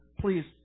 Please